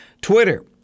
Twitter